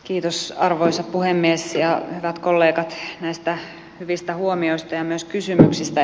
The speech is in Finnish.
kiitos arvoisa puhemies ja hyvät kollegat näistä hyvistä huomioista ja myös kysymyksistä